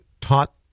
taught